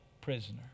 prisoner